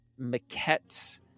maquettes